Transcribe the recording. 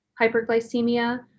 hyperglycemia